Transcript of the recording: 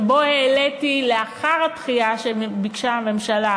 שבו העליתי לאחר הדחייה שביקשה הממשלה